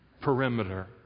perimeter